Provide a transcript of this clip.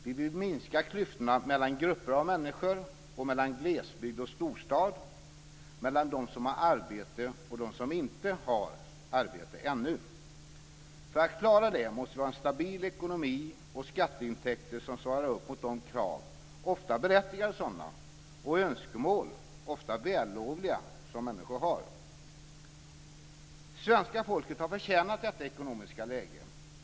Vi vill minska klyftorna mellan grupper av människor, mellan glesbygd och storstad, mellan dem som har arbete och dem som inte har arbete ännu. För att klara detta måste vi ha en stabil ekonomi och skatteintäkter som svarar upp mot de krav, ofta berättigade sådana, och önskemål, ofta vällovliga, som människor har. Svenska folket har förtjänat detta ekonomiska läge.